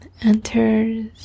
enters